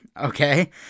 okay